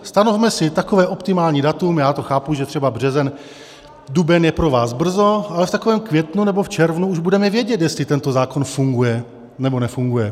Stanovme si takové optimální datum, já to chápu, že třeba březen, duben je pro vás brzo, ale v takovém květnu nebo v červnu už budeme vědět, jestli tento zákon funguje, nebo nefunguje.